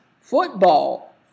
Football